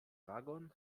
wagon